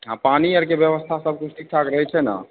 आर पानी आरके सबकिछु व्यवस्था ठीकठाक रहै छै ने